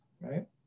Right